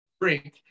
drink